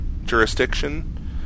jurisdiction